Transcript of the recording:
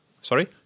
Sorry